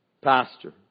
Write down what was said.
Pastor